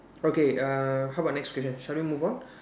okay uh how about next question shall we move on